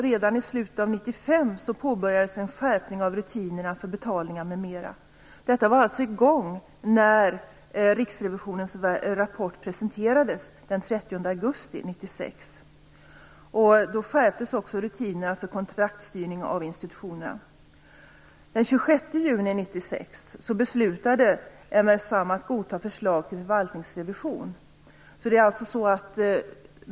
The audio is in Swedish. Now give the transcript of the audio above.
Redan i slutet av år Detta var alltså i gång när Riksrevisionsverkets rapport presenterades den 30 augusti 1996. Då skärptes också rutinerna för kontraktsstyrning av institutionerna. Den 26 juni 1996 beslutade MS-SAM att godta förslag till förvaltningsrevision.